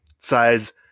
size